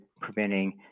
preventing